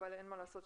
אבל אין מה לעשות,